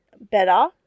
better